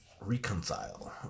Reconcile